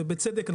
בצדק,